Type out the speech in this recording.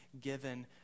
given